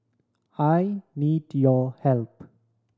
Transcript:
I need your help